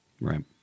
Right